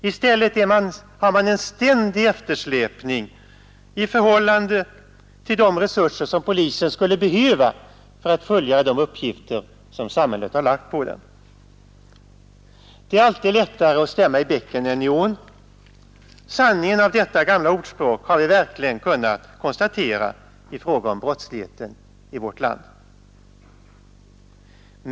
I stället har man en ständig eftersläpning i förhållande till de resurser som polisen skulle behöva för att kunna fullgöra de uppgifter som samhället har lagt på den. Det är alltid lättare att stämma i bäcken än i ån — sanningen i detta gamla ordspråk har verkligen kunna konstateras i fråga om brottsligheten i vårt land.